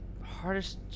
hardest